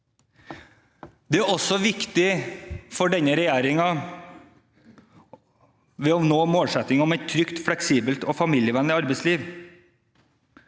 Det er viktig for denne regjeringen å nå målsettingen om et trygt, fleksibelt og familievennlig arbeidsliv.